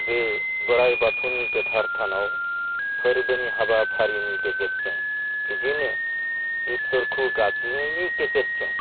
बे बोराइ बाथौनि गोथार थानाव फोरबोनि हाबाफारिनि गेजेरजों बिदिनो इसोरखौ गाब्रिनायनि गेजेरजों